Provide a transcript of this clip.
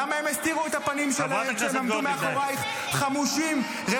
למה הם הסתירו את הפנים שלהם כשהם עמדו מאחורייך חמושים,